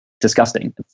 disgusting